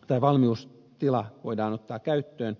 tätä valmius valmiustila voidaan ottaa käyttöön